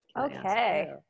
okay